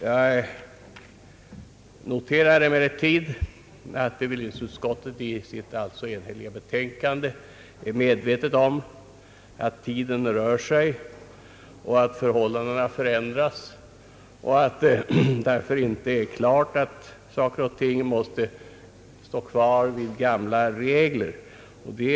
Jag noterar emellertid att bevillningsutskottet i sitt enhälliga betänkande är medvetet om att tiden rör sig och förhållandena förändras och att det därför inte är klart att saker och ting skall stå kvar vid de gamla reglerna.